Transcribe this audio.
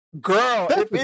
Girl